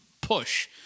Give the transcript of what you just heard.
push